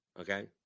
Okay